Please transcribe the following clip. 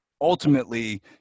ultimately